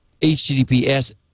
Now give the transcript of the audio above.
HTTPS